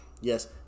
yes